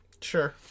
sure